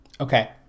Okay